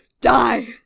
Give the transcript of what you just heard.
die